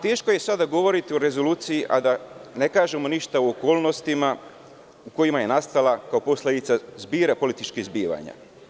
Teško je sada govoriti o rezoluciji a da ne kažemo ništa o okolnostima u kojima je nastala kao posledica zbira političkih zbivanja.